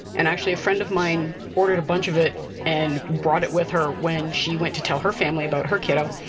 and actually a friend of mine ordered a bunch of it and brought it with her when she went to tell her family about her kitto.